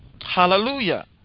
Hallelujah